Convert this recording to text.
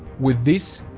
with this,